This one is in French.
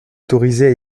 autorisées